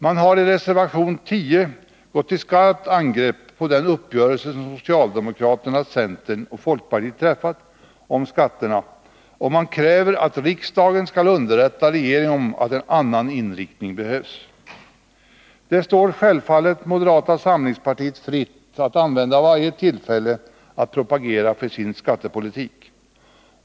Man har i reservation 10 gått till skarpt angrepp på den uppgörelse som socialdemokraterna, centern och folkpartiet träffat om skatterna, och man kräver att riksdagen skall underrätta regeringen om att en annan inriktning behövs. Det står självfallet moderata samlingspartiet fritt att använda varje tillfälle att propagera för sin skattepolitik.